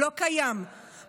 לא קיים,